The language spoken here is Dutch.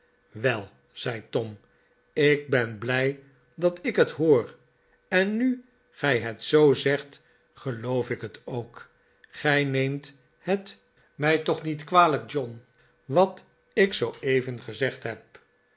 wel zei tom ik ben blij dat ik het hoor en nu gij het zoo zegt geloof ik het ook gij neemt het mij toch niet kwalijk john wat ik zooeven gezegd heb